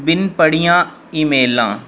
बिनपढ़ियां ईमेलां